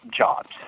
jobs